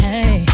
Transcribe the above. Hey